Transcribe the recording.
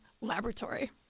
laboratory